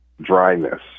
dryness